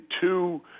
two